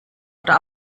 oder